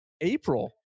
April